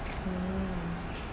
mm